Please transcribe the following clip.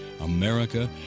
America